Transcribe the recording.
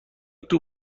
توی